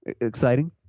Exciting